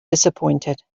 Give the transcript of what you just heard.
disappointed